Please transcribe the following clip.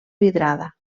vidrada